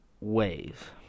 ways